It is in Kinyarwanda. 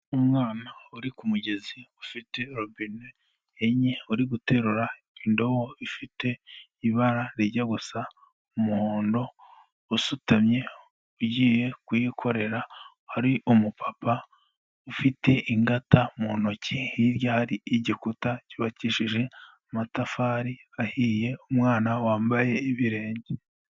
Umwana uri ku mugezi ufite robine enye uri guterura indobo ifite ibara rijya gusa umuhondo, usutamye ugiye kuyikorera, hari umupapa ufite ingata mu ntoki, hirya hari igikuta cyubakishije amatafari ahiye, umwana wambaye ibirenge.